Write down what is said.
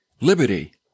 Liberty